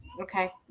Okay